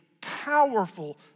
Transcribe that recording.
powerful